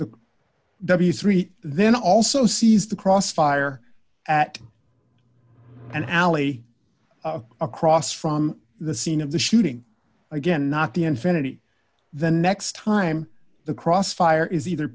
the w three then also sees the cross fire at an alley across from the scene of the shooting again not the infinity the next time the crossfire is either